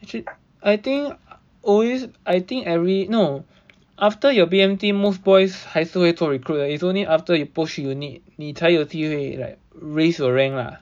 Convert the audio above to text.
actua~ I think always I think every no after your B_M_T most boys 还是会做 recruit is only after you post 去 unit 你才有机会 raise your rank lah